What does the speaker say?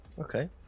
okay